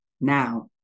now